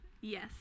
Yes